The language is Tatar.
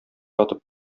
атып